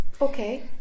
okay